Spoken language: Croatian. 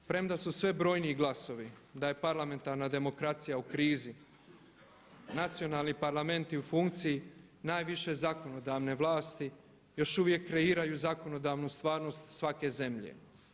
Premda su sve brojniji glasovi da je parlamentarna demokracija u krizi, nacionalni parlamenti u funkciji najviše zakonodavne vlasti još uvijek kreiraju zakonodavnu stvarnost svake zemlje.